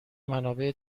منابع